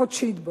החודשית בו.